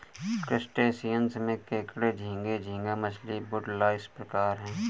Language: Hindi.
क्रस्टेशियंस में केकड़े झींगे, झींगा मछली, वुडलाइस प्रकार है